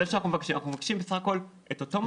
אנחנו מבקשים בסך הכול את אותו מודל.